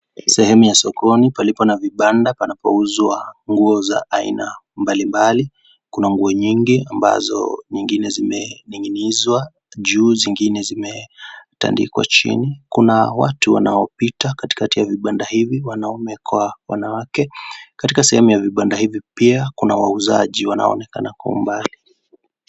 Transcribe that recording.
Semu ya sokoni, palipo na vibanda, panapouzwa, nguo za aina, mbali mbali, kuna nguo nyingi ambazo, nyingine zime, ninginizwa, juu, zingine zimetandikwa chini, kuna watu wanaopita katikati ya vibanda hivi, wanaume kwa, wanawake, katika sehemu ya vibanda hivi pia, kuna wauzaji wanao onekana kwa umbali.